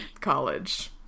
college